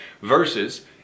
Versus